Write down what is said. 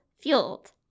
fueled